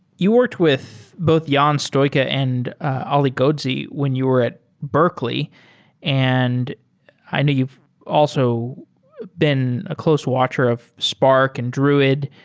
you worked with both ion stoica and ali the code see when you were at berkeley and i knew you also been a close watcher of spark and druid.